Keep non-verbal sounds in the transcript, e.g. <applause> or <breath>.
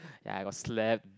<breath> ya I got slap